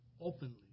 openly